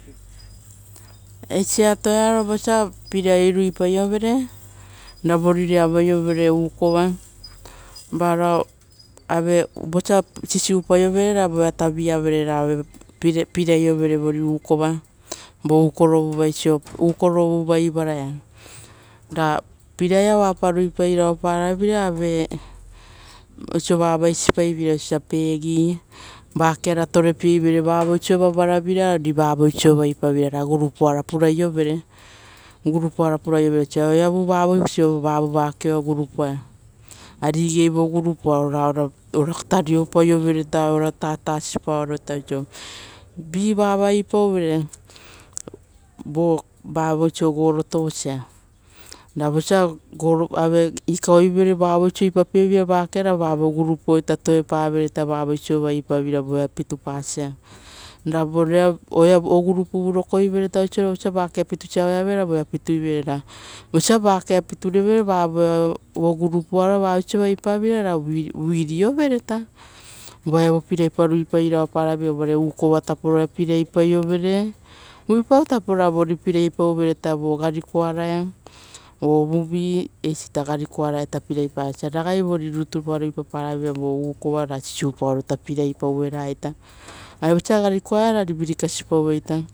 Eisi atoiaro vosia pilai regeri ruiparovere ra vorire avaiovere ukova, varao ave vosia sisupaiovere voea taviavere ra pilai regeriovere vori ukova vo ukorovuvai sopa, ukorovu ivaraia. Ra pilai reaeria oapa ruiparaveira aue oiso va vaisipaiveira osoita osa peggie. vakeara torepieivere vavasova varavira ari vavoisova ipavira. Ra gurupuara puraiovere, gurupuara osia oevu vavoisova vavo makeoia gurupuaia, ari igei vo gurupoa ra ora tariopaiopaiovere ora tatasi pitupitupaoro ita oso vii vava ipauvere vo. Vavoiso gol tovosia ra vosia gol ave ikauevere vavoiso ipapapie vira makeara ra vave gorupuoita tuepavereita vavoisova ipavira voea pitupasa, ra vorea ogurupu ita rokoivere ita vosa makea ia pitusa oveavere va voea pituivere ra vosa makeoi pituivere vavoea vo makea gurupua ia vavoisa ipa vira ra wini overeeta. Uva evo pilai paita ruipairao paraveira uva ukova taporo iaita pilai paiovere, uruipau tapora vori pilai paure vo rarikoaraia o ovuvi eisita rarikoa raia pilaipasa ragai vori rutupa rupapara vo ukova ra sisiupaoro ita pilai pauera ita ari vosa rarikoaita ra virikasipa.